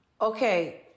Okay